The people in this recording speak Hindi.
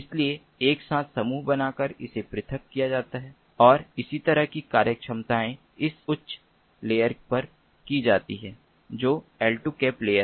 इसलिए एक साथ समूह बनाकर उन्हें पृथक किया जाता है और इसी तरह की कार्यक्षमताएँ इस उच्चतर लेयर पर की जाती हैं जो एल2 कैप लेयर है